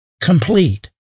complete